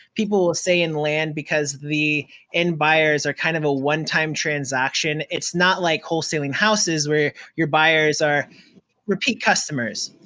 people say in land, because the end buyers are kind of a one-time transaction, it's not like wholesaling houses where your buyers are repeat customers.